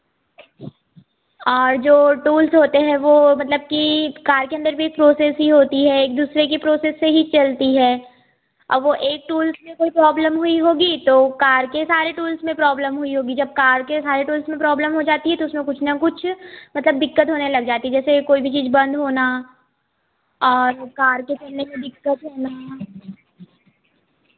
और जो टूल्स होते हैं वह मतलब कि कार के अंदर भी एक प्रोसेस ही होती है एक दूसरे की प्रोसेस से ही चलती है अब वह एक टूल्स में कोई प्रॉब्लम हुई होगी तो कार के सारे टूल्स में प्रॉब्लम हुई होगी जब कार के सारे टूल्स में प्रॉब्लम हो जाती है तो उसमें कुछ ना कुछ मतलब दिक्कत होने लग जाती है जैसे कोई भी चीज़ बंद होना और कार के चलने में दिक्कत होना